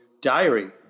Diary